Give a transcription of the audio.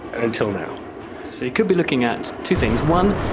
until now. so you could be looking at two things one,